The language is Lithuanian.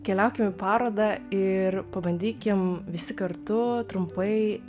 keliaukim į parodą ir pabandykim visi kartu trumpai